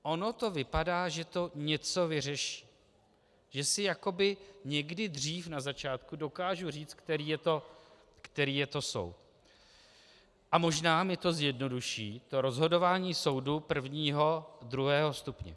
Ono to vypadá, že to něco vyřeší, že si jakoby někdy dřív na začátku dokážu říct, který je to soud, a možná mi to zjednoduší to rozhodování soudu prvního, druhého stupně.